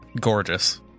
gorgeous